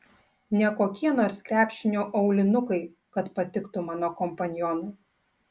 ne kokie nors krepšinio aulinukai kad patiktų mano kompanionui